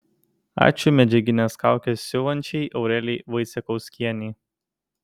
ačiū medžiagines kaukes siuvančiai aurelijai vaicekauskienei